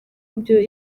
ibyo